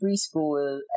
preschool